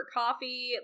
coffee